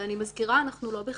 ואני מזכירה, אנחנו לא בחקירה,